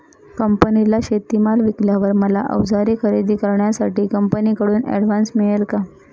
कंपनीला शेतीमाल विकल्यावर मला औजारे खरेदी करण्यासाठी कंपनीकडून ऍडव्हान्स मिळेल का?